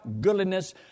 goodliness